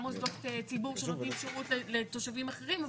גם מוסדות ציבור שנותנים שירות לתושבים אחרים.